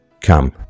come